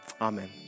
Amen